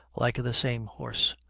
like the same horse,